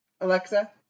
Alexa